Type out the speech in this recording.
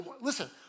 listen